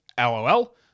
LOL